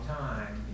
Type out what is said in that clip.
time